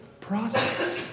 process